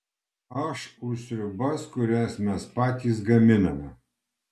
aš už sriubas kurias mes patys gaminame